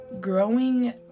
Growing